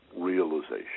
realization